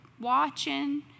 watching